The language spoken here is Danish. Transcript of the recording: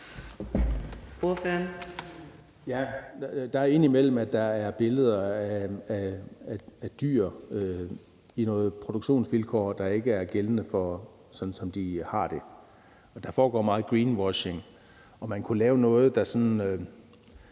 Rasmussen (EL): Indimellem er der billeder af dyr under nogle produktionsvilkår, der ikke afspejler, hvordan de har det. Der foregår meget greenwashing, og man kunne lave noget, der sådan